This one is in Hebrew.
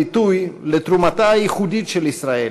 ביטוי לתרומתה הייחודית של ישראל,